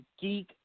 Geek